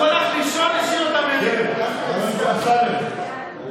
חבר הכנסת אמסלם.